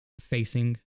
facing